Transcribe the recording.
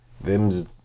Them's